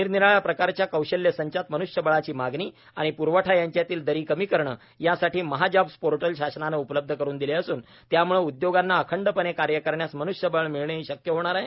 निरनिराळ्या प्रकारच्या कौशल्यसंचात मन्ष्यबळाची मागणी आणि प्रवठा यांच्यातील दरी कमी करणे यासाठी महाजॉब्स पोर्टल शासनाने उपलब्ध करून दिले असून त्यामुळे उद्योगांना अखंडपणे कार्य करण्यास मन्ष्यबळ मिळणेही शक्य होणार आहे